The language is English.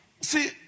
See